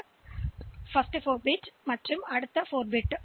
எனவே முதல் 4 பிட் மற்றும் அடுத்த 4 பிட்